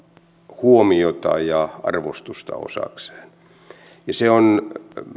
huomiota ja arvostusta osakseen ja se on